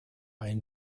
ein